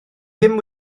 ddim